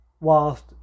whilst